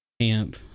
camp